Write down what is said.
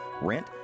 rent